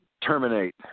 terminate